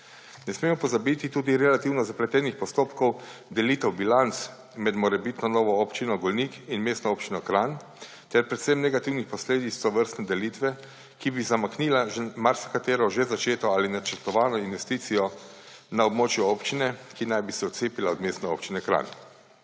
Ne smemo pozabiti tudi relativno zapletenih postopkov delitev bilanc med morebitno novo Občino Golnik in Mestno občino Kranj ter predvsem negativnih posledic tovrstne delitve, ki bi zamaknile marsikatero že začeto ali načrtovano investicijo na območju občine, ki naj bi se odcepila od Mestne občine Kranj.